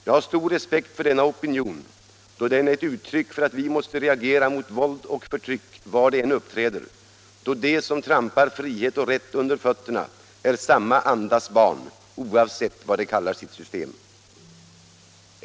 Jag har stor respekt för denna opinion, då den är ett uttryck för att vi måste reagera mot våld och förtryck var det än uppträder, då de som trampar frihet och rätt under fötterna är samma andas barn, oavsett vad de kallar sitt system.